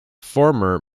former